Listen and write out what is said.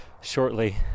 shortly